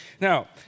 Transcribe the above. Now